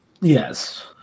Yes